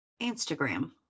Instagram